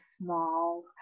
small